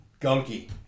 Gunky